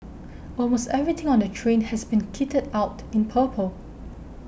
almost everything on the train has been kitted out in purple